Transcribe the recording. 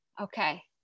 Okay